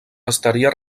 estaria